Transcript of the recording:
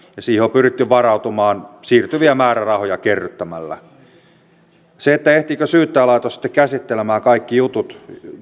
ja siihen on pyritty varautumaan siirtyviä määrärahoja kerryttämällä ehtiikö syyttäjälaitos sitten käsittelemään kaikki jutut